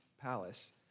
palace